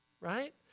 right